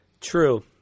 True